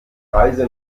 reise